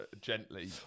gently